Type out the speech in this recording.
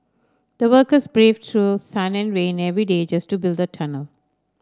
the workers braved through sun and rain every day just to build the tunnel